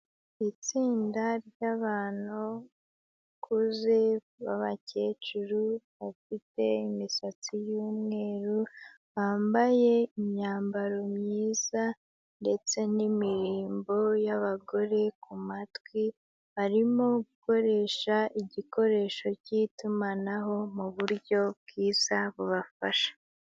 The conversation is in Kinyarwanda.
Itsinda ry'abantu bakuze bakecuru, bafite imisatsi y'umweru, bambaye imyambaro myiza ndetse n'imirimbo y'abagore ku matwi, barimo gukoresha igikoresho cy'itumanaho mu buryo bwiza bubafasha.